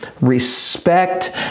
respect